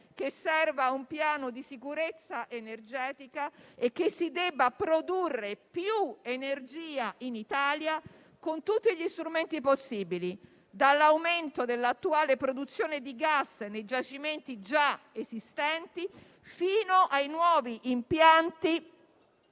che serva un piano di sicurezza energetica e che si debba produrre più energia in Italia con tutti gli strumenti possibili, dall'aumento dell'attuale produzione di gas nei giacimenti già esistenti fino ai nuovi impianti